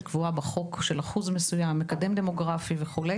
קבועה בחוק של אחוז מסוים לפי מקדם דמוגרפי וכו',